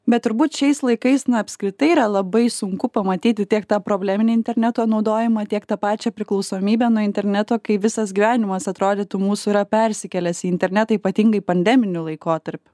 bet turbūt šiais laikais na apskritai yra labai sunku pamatyti tiek tą probleminį interneto naudojimą tiek tą pačią priklausomybę nuo interneto kai visas gyvenimas atrodytų mūsų yra persikėlęs į internetą ypatingai pandeminiu laikotarpiu